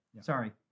Sorry